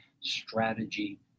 strategy